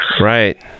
Right